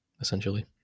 essentially